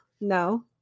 No